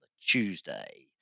Tuesday